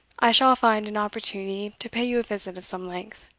i shall find an opportunity to pay you a visit of some length.